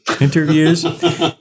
interviews